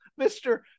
Mr